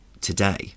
today